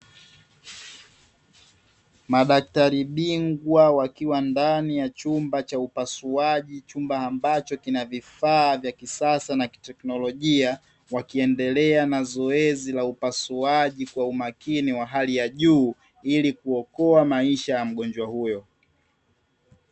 Madaktari bingwa wakiwa ndani ya chumba cha upasuaji chumba ambacho kina vifaa vya kisasa na kitekinolojia, wakiendelea na zoezi la upasuaji kwa umakini wa hali ya juu ili kuokoa maisha ya mgonjwa huyo.